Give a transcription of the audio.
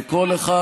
וכל אחד,